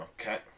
Okay